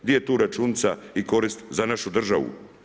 Gdje je tu računica i korist za našu državu?